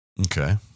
Okay